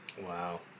Wow